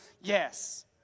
Yes